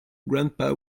grandpa